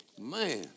Man